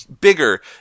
bigger